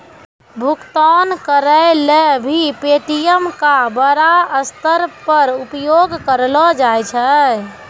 भुगतान करय ल भी पे.टी.एम का बड़ा स्तर पर उपयोग करलो जाय छै